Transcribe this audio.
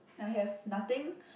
I have nothing